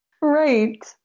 Right